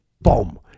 boom